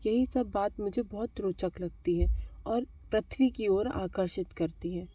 यही सब बात मुझे बहुत रोचक लगती है और पृथ्वी की ओर आकर्षित करती है